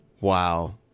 Wow